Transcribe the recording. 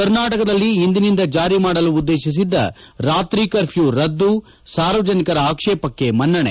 ಕರ್ನಾಟಕದಲ್ಲಿ ಇಂದಿನಿಂದ ಜಾರಿ ಮಾಡಲು ಉದ್ದೇತಿಸಿದ್ದ ರಾತ್ರಿ ಕರ್ಫ್ಯೂ ರದ್ದು ಸಾರ್ವಜನಿಕರ ಆಕ್ಷೇಪಕ್ಕೆ ಮನ್ನಣೆ